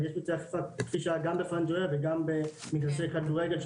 אבל יש מבצעי אכיפה כפי שהיה גם בפנג'ויה וגם במגרשי כדורגל,